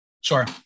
Sure